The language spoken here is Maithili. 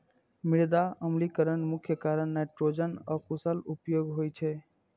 मृदा अम्लीकरणक मुख्य कारण नाइट्रोजनक अकुशल उपयोग होइ छै